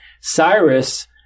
Cyrus